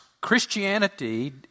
Christianity